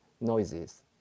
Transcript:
noises